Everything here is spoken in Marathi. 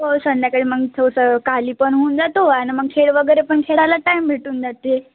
हो संध्याकाळी मग थोसं काली पण होऊन जातो आणि मग खेळ वगैरे पण खेळायला टाईम भेटून जाते